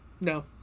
No